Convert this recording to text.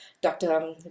Dr